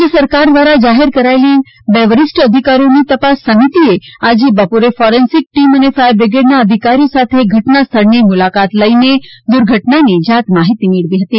રાજ્ય સરકાર દ્વારા જાહેર કરાયેલી બે વરિષ્ઠ અધિકારીઓની તપાસ સમિતિએ આજે બપોરે ફોરેન્સિક ટીમ અને ફાયર બ્રિગેડના અધિકારીઓ સાથે ઘટના સ્થળની મુલાકાત લઈને દુર્ઘટનાની જાત માહિતી મેળવી હતી